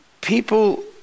people